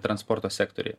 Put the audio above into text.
transporto sektoriuje